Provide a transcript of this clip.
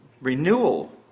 renewal